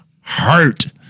hurt